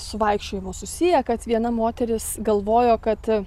su vaikščiojimu susiję kad viena moteris galvojo kad